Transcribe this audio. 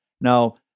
Now